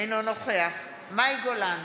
אינו נוכח מאי גולן,